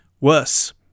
Worse